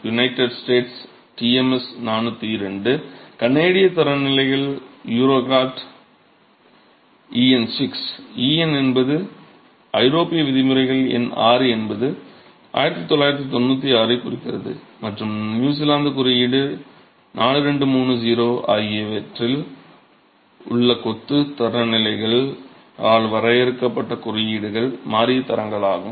United States TMS 402 கனேடிய தரநிலைகள் Eurocode EN என்பது ஐரோப்பிய விதிமுறைகள் எண் 6 என்பது 1996 ஐ குறிக்கிறது மற்றும் நியூசிலாந்து குறியீடு 4230 ஆகியவற்றில் உள்ள கொத்து தரநிலைகளால் வரையறுக்கப்பட்ட குறியீடுகள் மாறிய தரங்களாகும்